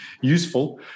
useful